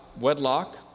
wedlock